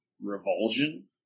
revulsion